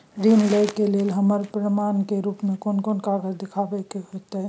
ऋण लय के लेल हमरा प्रमाण के रूप में कोन कागज़ दिखाबै के होतय?